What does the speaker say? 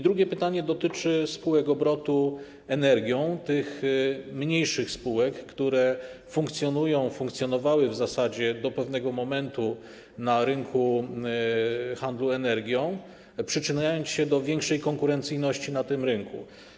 Drugie pytanie dotyczy spółek obrotu energią, tych mniejszych spółek, które funkcjonują, w zasadzie funkcjonowały do pewnego momentu na rynku handlu energią, przyczyniając się do większej konkurencyjności na tym rynku.